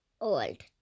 Old